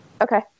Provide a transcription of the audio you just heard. okay